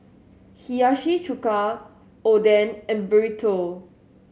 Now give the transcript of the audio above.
Hiyashi Chuka Oden and Burrito